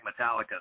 Metallica